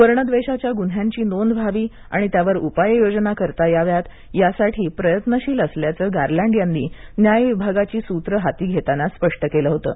वर्णद्वेषाच्या गुन्ह्यांची नोंद व्हावी आणि त्यावर उपाय योजना करता याव्यात यासाठी प्रयत्नशील असल्याचं गारलॅन्ड यांनी न्याय विभागाची सूत्र हाती घेताना स्पष्ट केलं होतं